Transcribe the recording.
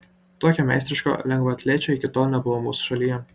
tokio meistriško lengvaatlečio iki tol nebuvo mūsų šalyje